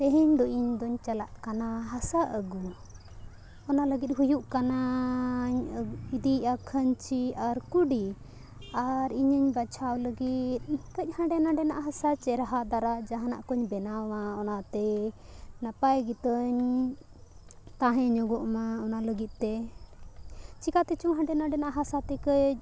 ᱛᱮᱦᱮᱧ ᱫᱚ ᱤᱧ ᱫᱩᱧ ᱪᱟᱞᱟᱜ ᱠᱟᱱᱟ ᱦᱟᱥᱟ ᱟᱹᱜᱩ ᱚᱱᱟ ᱞᱟᱹᱜᱤᱫ ᱦᱩᱭᱩᱜ ᱠᱟᱱᱟ ᱤᱫᱤᱭᱮᱜᱼᱟ ᱠᱷᱟᱧᱪᱤ ᱟᱨ ᱠᱩᱰᱤ ᱟᱨ ᱤᱧᱤᱧ ᱵᱟᱪᱷᱟᱣ ᱞᱟᱹᱜᱤᱫ ᱠᱟᱹᱡ ᱦᱟᱰᱮ ᱱᱷᱟᱰᱮᱱᱟᱜ ᱦᱟᱥᱟ ᱪᱮᱨᱦᱟ ᱫᱟᱨᱟ ᱡᱟᱦᱟᱱᱟᱜ ᱠᱚᱧ ᱵᱮᱱᱟᱣᱟ ᱚᱱᱟᱛᱮ ᱱᱟᱯᱟᱭ ᱜᱮᱛᱟᱹᱧ ᱛᱟᱦᱮᱸ ᱧᱚᱜᱚᱜ ᱢᱟ ᱚᱱᱟ ᱞᱟᱹᱜᱤᱫ ᱛᱮ ᱪᱤᱠᱟᱛᱮᱪᱚᱝ ᱦᱟᱸᱰᱮ ᱱᱷᱟᱰᱮᱱᱟᱜ ᱦᱟᱥᱟ ᱛᱮ ᱠᱟᱹᱡ